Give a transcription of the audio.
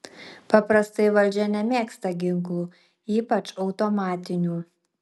paprastai valdžia nemėgsta ginklų ypač automatinių